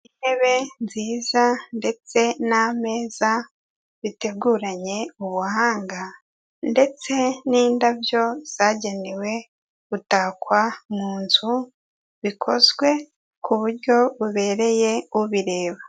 Intebe nziza ndetse n'ameza biteguranye ubuhanga, ndetse n'indabyo zagenewe gutakwa mu nzu bikozwe ku buryo bubereye ubireba.